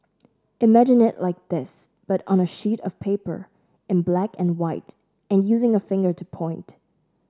imagine it like this but on a sheet of paper in black and white and using a finger to point